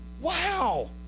Wow